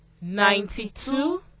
ninety-two